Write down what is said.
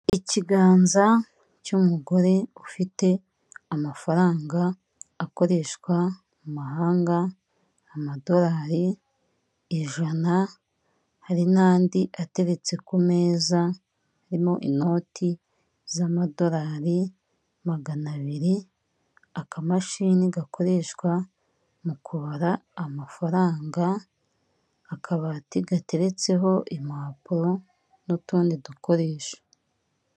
Ikiganza cy'umugore ufite amafaranga akoreshwa mu mahanga amadolari ijana. hari n'andi ateretse ku meza harimo inoti z'amadolari magana abiri, akamashini gakoreshwa mu kubara amafaranga, akabati gateretseho impapuro n'utundi dukoresho.